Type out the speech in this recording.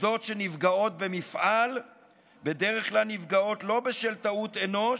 עובדות שנפגעות במפעל בדרך כלל נפגעות לא בשל טעות אנוש,